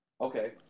Okay